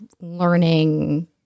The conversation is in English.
learning